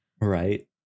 Right